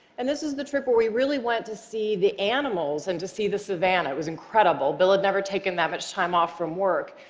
and this was the trip where we really went to see the animals and to see the savanna. it was incredible. bill had never taken that much time off from work.